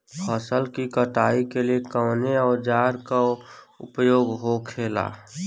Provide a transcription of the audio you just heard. फसल की कटाई के लिए कवने औजार को उपयोग हो खेला?